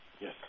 Yes